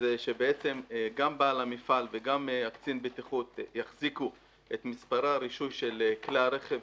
שגם בעל המפעל וגם קצין הבטיחות יחזיקו את מספרי הרישוי של כלי הרכב